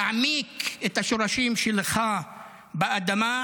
תעמיק את השורשים שלך באדמה.